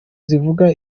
zivuga